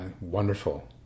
wonderful